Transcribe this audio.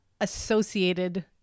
associated